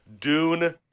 Dune